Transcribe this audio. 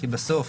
כי בסוף